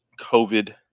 covid